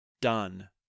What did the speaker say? done